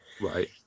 Right